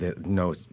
no